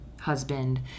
husband